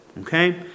Okay